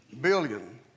billion